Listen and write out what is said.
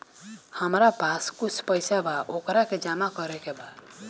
हमरा पास कुछ पईसा बा वोकरा के जमा करे के बा?